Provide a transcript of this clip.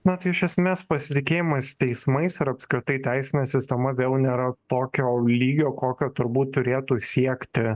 na tai iš esmės pasitikėjimas teismais ir apskritai teisine sistema vėl nėra tokio lygio kokio turbūt turėtų siekti